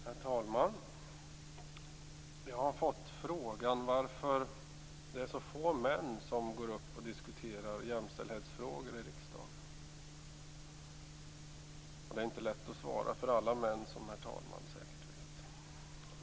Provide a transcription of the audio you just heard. Herr talman! Jag har fått frågan varför det är så få män som diskuterar jämställdhetsfrågor i riksdagen. Det är inte lätt att svara för alla män, som herr talman säkert vet.